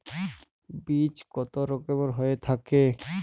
বীজ কত রকমের হয়ে থাকে?